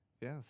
Yes